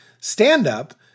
stand-up